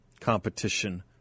competition